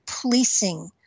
policing